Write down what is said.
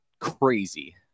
crazy